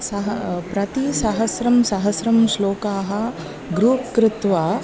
सः प्रति सहस्रं सहस्रं श्लोकानां ग्रुप् कृत्वा